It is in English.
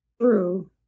True